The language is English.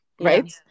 Right